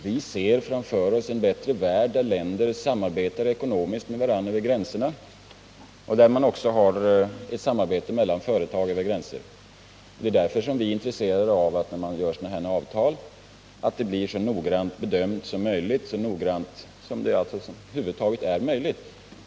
Vi ser framför oss en bättre värld, där länder samarbetar ekonomiskt med varandra över gränserna och där även samarbete mellan företag förekommer över gränserna. Det är därför vi är intresserade av att sådana här avtal blir så noggrant bedömda som det över huvud taget är möjligt.